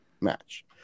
match